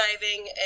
diving